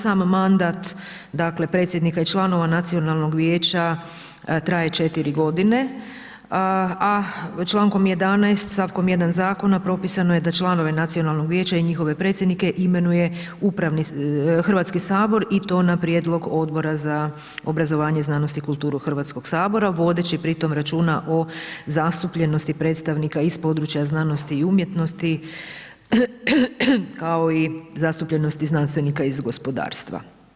Sam mandat dakle predsjednika i članova Nacionalnog vijeća traje 4 godine a člankom 11. stavkom 1. zakona propisano je da članove Nacionalnog vijeća i njihove predsjednike imenuje Hrvatski sabor i to na prijedlog Odbora za obrazovanje, znanost i kulturu Hrvatskog sabora vodeći pri tome računa o zastupljenosti predstavnika iz područja znanosti i umjetnosti kao i zastupljenosti znanstvenika iz gospodarstva.